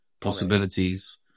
possibilities